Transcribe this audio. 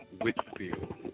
Whitfield